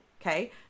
okay